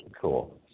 cool